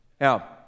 Now